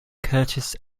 curtiss